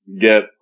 get